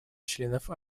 членов